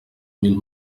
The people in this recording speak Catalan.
mil